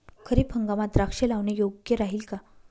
खरीप हंगामात द्राक्षे लावणे योग्य राहिल का?